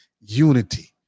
unity